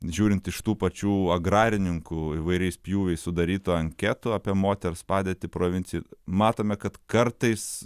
žiūrint iš tų pačių agrarininkų įvairiais pjūviais sudarytų anketų apie moters padėtį provincijoj matome kad kartais